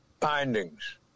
findings